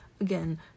Again